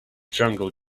jungle